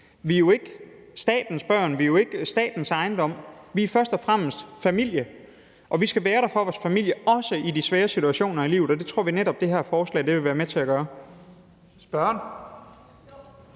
Vi er jo ikke statens børn, vi er jo ikke statens ejendom. Vi er først og fremmest familie, og vi skal være der for vores familie, også i de svære situationer i livet, og det tror vi netop det her forslag vil være med til at gøre